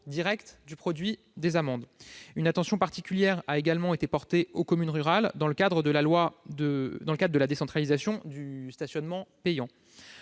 direct du produit des amendes. Une attention particulière a également été portée aux communes rurales dans le cadre de la décentralisation du stationnement payant.